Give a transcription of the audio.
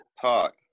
talk